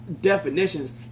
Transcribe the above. definitions